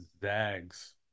zags